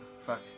Fuck